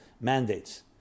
mandates